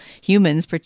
humans